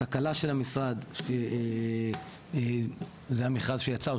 תקלה של המשרד שזה המכרז שיצר,